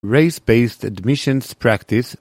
race based admissions practice